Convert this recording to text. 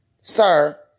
Sir